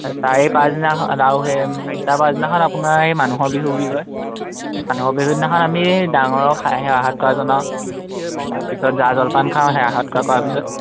তাৰ এই পাছদিনাখন আৰু সেই তাৰ পাছদিনাখন আপোনাৰ এই মানুহৰ বিহু বুলি কয় মানুহৰ বিহুৰ দিনাখন আমি ডাঙৰক জনাওঁ তাৰপিছত জা জলপান খাওঁ সেই কৰাৰ পিছত